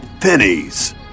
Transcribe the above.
pennies